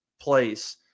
place